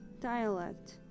dialect